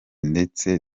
ndetse